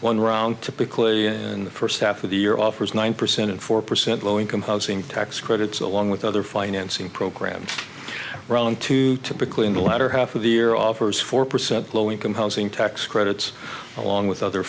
one round typically in the first half of the year offers nine percent and four percent low income housing tax credits along with other financing programs run into typically in the latter half of the year offers four percent low income housing tax credits along with other